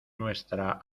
nuestra